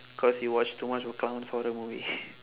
cause you watch too much of clowns horror movie